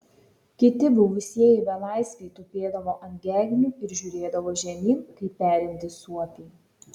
kiti buvusieji belaisviai tupėdavo ant gegnių ir žiūrėdavo žemyn kaip perintys suopiai